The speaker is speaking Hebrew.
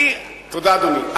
תודה, אדוני.